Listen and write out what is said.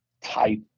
type